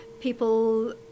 people